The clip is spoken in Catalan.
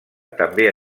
també